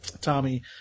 Tommy